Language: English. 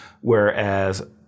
Whereas